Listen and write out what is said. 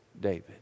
David